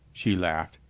she laughed.